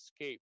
escape